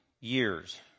years